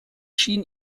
schien